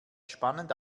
spannend